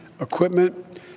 equipment